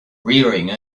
rearing